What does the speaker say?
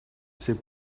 c’est